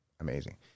Amazing